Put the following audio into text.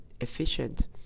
efficient